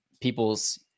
people's